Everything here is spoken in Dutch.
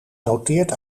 noteert